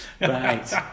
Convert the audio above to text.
right